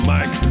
Mike